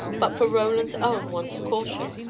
but for roland's own want of caution.